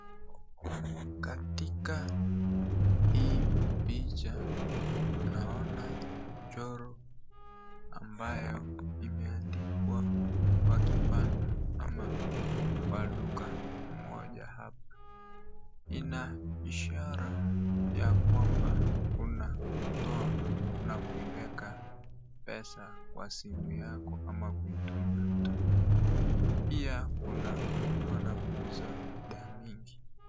Katika hii picha, naona mchoro ambayo imeandikwa kwa kibanda ama kwa duka moja hapa. Ina ishara ya kwamba kuna kutoa na kuiweka pesa kwa simu yako ama kuitumia mtu mwingine. Pia kuna kununua na kuuza bidhaa mingi.